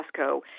Costco